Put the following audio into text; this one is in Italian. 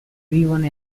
vivono